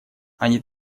они